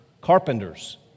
carpenters